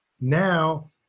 Now